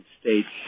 states